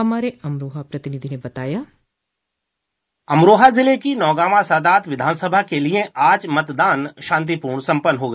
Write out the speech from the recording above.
हमारे अमरोहा प्रतिनिधि ने बताया कि अमरोहा जिले की नौगावां सादात विधानसभा के लिए आज मतदान शांतिपूर्ण संपन्न हो गया